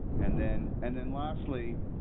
and then, and then, lastly,